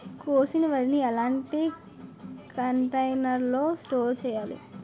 కోసిన వరిని ఎలాంటి కంటైనర్ లో స్టోర్ చెయ్యాలి?